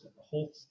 whole